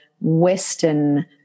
western